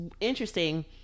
interesting